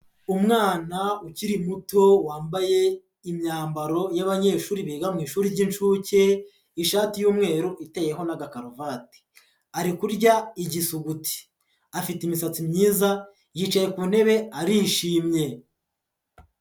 Umwana ukiri muto wambaye imyambaro ya'abanyeshuri biga mu ishuri r'inshuke, ishati y'umweru iteyeho n'agakaruvati, ari kurya igisuguti, afite imisatsi myiza yicaye ku ntebe arishimye.